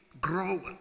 grow